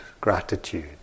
gratitude